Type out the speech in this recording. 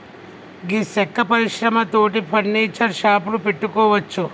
గీ సెక్క పరిశ్రమ తోటి ఫర్నీచర్ షాపులు పెట్టుకోవచ్చు